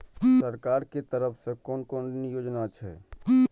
सरकार के तरफ से कोन कोन ऋण योजना छै?